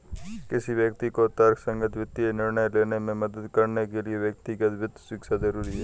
किसी व्यक्ति को तर्कसंगत वित्तीय निर्णय लेने में मदद करने के लिए व्यक्तिगत वित्त शिक्षा जरुरी है